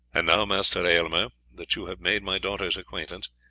and now, master aylmer, that you have made my daughter's acquaintance,